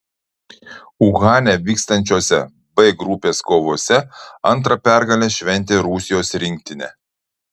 uhane vykstančiose b grupės kovose antrą pergalę šventė rusijos rinktinė